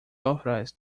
authorised